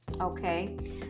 okay